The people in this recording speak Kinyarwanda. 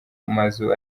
amazu